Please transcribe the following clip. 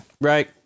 Right